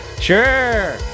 Sure